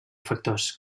factors